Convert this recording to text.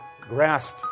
grasp